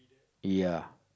ya